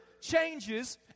changes